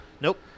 Nope